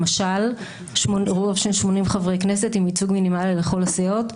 למשל רוב של 80 חברי כנסת עם ייצוג מינימלי לכל הסיעות,